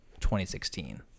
2016